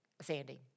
Sandy